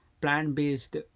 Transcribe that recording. plant-based